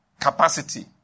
capacity